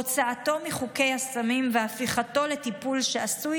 הוצאתו מחוקי הסמים והפיכתו לטיפול שעשוי